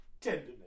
tenderness